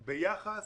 ביחס,